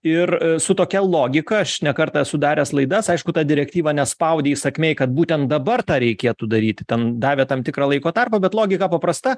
ir su tokia logika aš ne kartą esu daręs laidas aišku ta direktyva nespaudė įsakmiai kad būtent dabar tą reikėtų daryti ten davė tam tikrą laiko tarpą bet logika paprasta